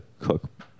cook